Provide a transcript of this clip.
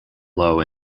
low